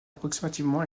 approximativement